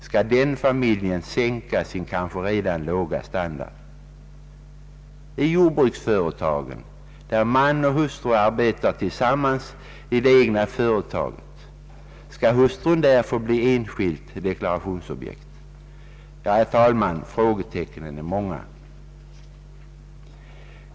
Skall den familjen sänka sin kanske redan låga standard? Skall hustrun få bli enskilt deklarationsobjekt i jordbruksföretag där man och hustru arbetar tillsammans i det egna företaget? Ja, herr talman, frågetecknen är många.